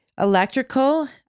electrical